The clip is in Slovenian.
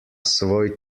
svoj